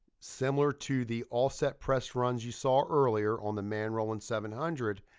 similar to the offset press runs you saw earlier on the manroland seven hundred,